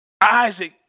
Isaac